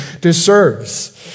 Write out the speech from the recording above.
deserves